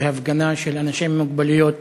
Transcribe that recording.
בהפגנה של אנשים עם מוגבלויות